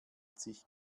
sich